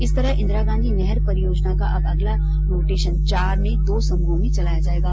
इस तरह इंदिरागांधी नहर परियोजना का अब अगला रोटेशन चार में दो समूह में चलाया जाएगा